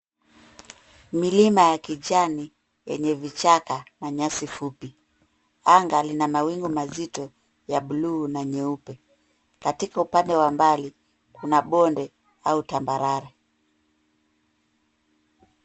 Milima ya kijani yenye vichaka na nyasi fupi. Anga lina mawingu mazito ya blue na nyeupe. Katika upande wa mbali kuna bonde au tambarare.